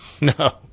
No